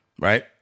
right